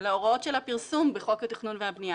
על ההוראות של הפרסום בחוק התכנון והבנייה.